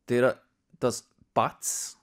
tai yra tas pats